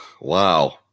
Wow